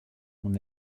mon